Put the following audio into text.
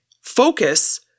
focus